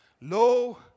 Lo